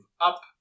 up